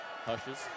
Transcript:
hushes